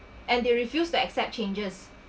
and they refused to accept changes